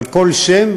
אבל כל שם